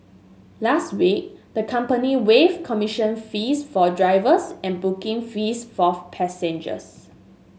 last week the company waived commission fees for drivers and booking fees for passengers